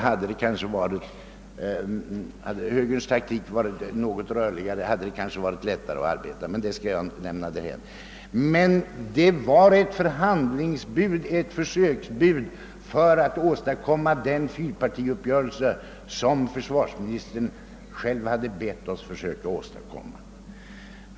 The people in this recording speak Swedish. Hade högerns taktik varit något rörligare hade det kanske varit lättare att arbeta, men jag skall inte heller beröra detta förhållande närmare. Det rörde sig alltså om ett förhandlingsbud från vår sida för att nå den fyrpartiuppgörelse som försvarsministern själv hade bett oss att försöka åstadkomma.